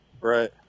Right